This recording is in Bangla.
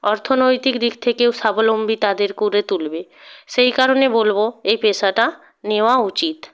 অর্থনৈতিক দিক থেকেও স্বাবলম্বী তাদের করে তুলবে সেই কারণে বলব এই পেশাটা নেওয়া উচিত